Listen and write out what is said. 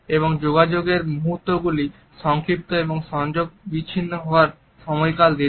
এবং যোগাযোগের মুহূর্ত গুলি সংক্ষিপ্ত এবং সংযোগ বিচ্ছিন্ন হওয়ার সময় কাল দীর্ঘ